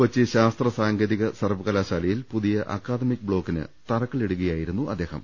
കൊച്ചി ശാസ്ത്ര സാങ്കേതിക സർവകലാശാലയിൽ പുതിയ അക്കാദമിക് ബ്ലോക്കിന് തറക്കല്ലിടുകയായിരുന്നു അദ്ദേഹം